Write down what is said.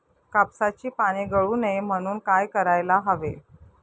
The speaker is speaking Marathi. कापसाची पाने गळू नये म्हणून काय करायला हवे?